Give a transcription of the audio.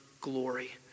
glory